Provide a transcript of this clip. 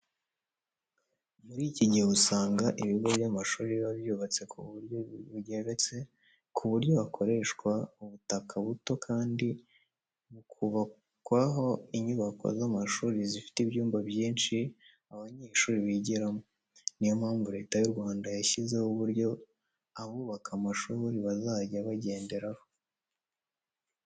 Muri iki gihe usanga ibigo by'amashuri biba byubatse ku buryo bugeretse ku buryo hakoreshwa ubutaka buto kandi bukubakwaho inyubako z'amashuri zifite ibyumba byinshi abanyeshuri bigiramo. Ni yo mpamvu Leta y'u Rwanda yashyizeho uburyo abubaka amashuri bazajya bagenderaho.